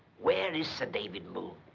where is sir david moon?